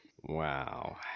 Wow